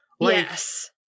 yes